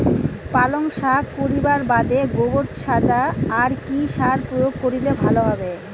পালং শাক করিবার বাদে গোবর ছাড়া আর কি সার প্রয়োগ করিলে ভালো হবে?